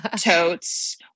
Totes